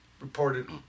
reported